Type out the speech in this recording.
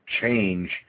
change